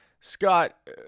Scott